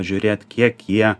žiūrėt kiek jie